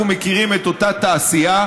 אנחנו מכירים את אותה תעשייה,